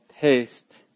taste